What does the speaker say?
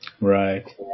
Right